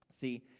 See